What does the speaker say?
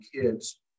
kids